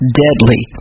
deadly